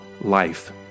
life